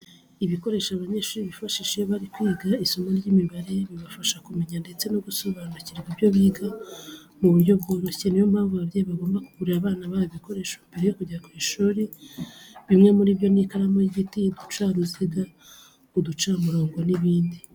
Ibikoresho abanyeshuri bifashisha iyo bari kwiga isomo ry'imibare bibafasha kumenya ndetse no gusobanukirwa ibyo biga mu buryo bworoshye. Ni yo mpamvu, ababyeyi bagomba kugurira abana babo ibi bikoresho mbere yo kujya ku ishuri. Bimwe muri byo ni ikaramu y'igiti, uducaruziga, uducamurongo n'ibindi.